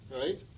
right